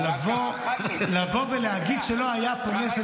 אבל לבוא ולהגיד שלא היה פה נס,